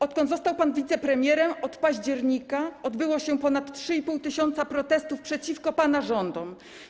Odkąd został pan wicepremierem, od października, odbyło się ponad 3,5 tys. protestów przeciwko pana rządom.